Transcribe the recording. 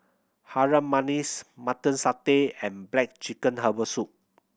Harum Manis Mutton Satay and black chicken herbal soup